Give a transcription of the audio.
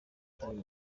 utari